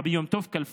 רבי יום טוב כלפון,